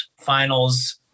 finals